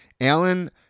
Alan